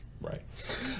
Right